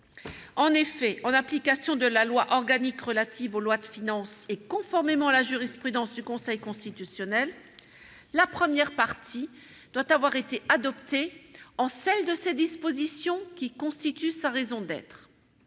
En effet, en application de la loi organique relative aux lois de finances, et conformément à la jurisprudence du Conseil constitutionnel, la première partie doit avoir été adoptée « en celles de ses dispositions qui constituent sa raison d'être